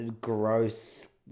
gross